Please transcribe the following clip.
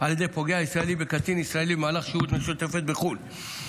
על ידי פוגע ישראלי בקטין ישראלי במהלך שהות משותפות בחו"ל.